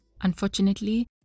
Unfortunately